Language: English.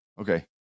Okay